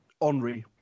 Henri